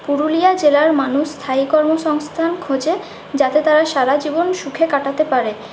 পুরুলিয়া জেলার মানুষ স্থায়ী কর্মসংস্থান খোঁজে যাতে তারা সারা জীবন সুখে কাটাতে পারে